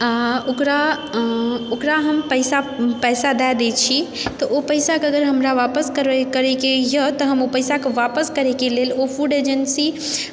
आ ओकरा ओकरा हम पैसा पैसा दए दैत छी तऽ ओ पैसाके अगर हमरा वापस करैके यए तऽ हम ओ पैसाके वापस करयके लेल ओ फूड एजेन्सी